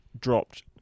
dropped